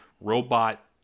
robot